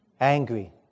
Angry